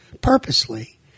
purposely